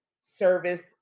service